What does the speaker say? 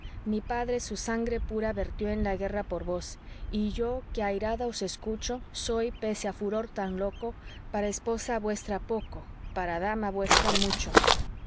mi padre su sangre pura vertió en la guerra por vos y yo que airada os escucho soy pese a furor tan loco para esposa vuestra poco para dama vuestra mucho